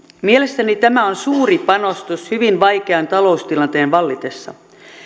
mielestäni tämä on suuri panostus hyvin vaikean taloustilanteen vallitessa